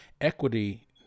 equity